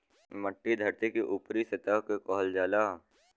मट्टी धरती के ऊपरी सतह के कहल जाला